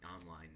online